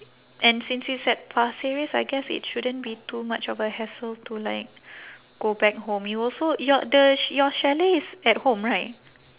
and since it's at pasir ris I guess it shouldn't be too much of a hassle to like go back home you also your the ch~ your chalet is at home right